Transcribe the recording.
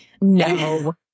No